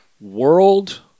World